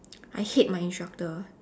I hate my instructor